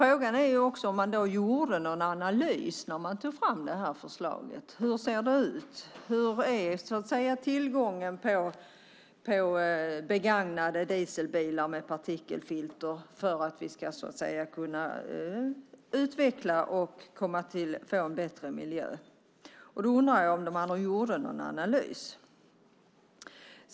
Frågan är också om det gjordes någon analys när förslaget togs fram. Hur ser det ut? Hur är tillgången på begagnade dieselbilar med partikelfilter för att vi ska kunna utveckla och få en bättre miljö? Därför undrar jag om det gjordes någon analys.